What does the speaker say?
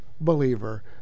believer